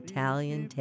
Italian